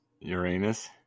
uranus